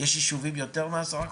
יש יישובים יותר מ-10%?